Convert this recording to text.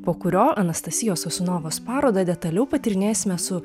po kurio anastasijos sosunovos parodą detaliau patyrinėsime su